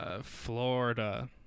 florida